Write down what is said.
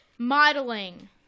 Modeling